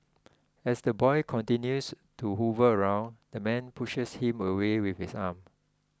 as the boy continues to hover around the man pushes him away with his arm